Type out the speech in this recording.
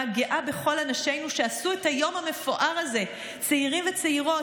גאה בכל אנשינו שעשו את היום המפואר הזה: צעירים וצעירות,